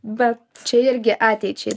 bet čia irgi ateičiai